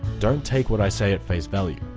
don't take what i say at face value,